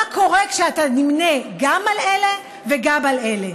מה קורה כשאתה נמנה גם על אלה וגם על אלה.